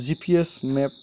G P S map